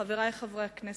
חברי חברי הכנסת,